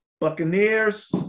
Buccaneers